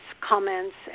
comments